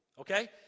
okay